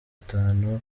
atanu